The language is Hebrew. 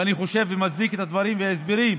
ואני חושב ומצדיק את הדברים וההסברים,